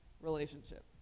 relationship